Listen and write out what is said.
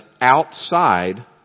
outside